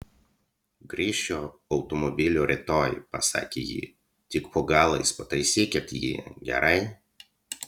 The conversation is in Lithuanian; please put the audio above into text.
grįšiu automobilio rytoj pasakė ji tik po galais pataisykit jį gerai